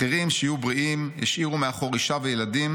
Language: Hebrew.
אחרים, שיהיו בריאים, השאירו מאחור אישה וילדים,